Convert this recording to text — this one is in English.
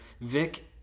Vic